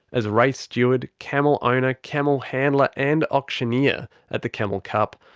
as race steward, camel owner, camel handler, and auctioneer at the camel cup.